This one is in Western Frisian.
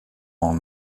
oan